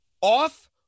Off